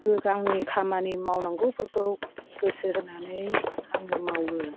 आंनि खामानि मावनांगौफोरखौ गोसो होनानै आङो मावो